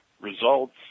results